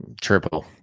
Triple